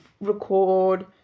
record